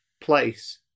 place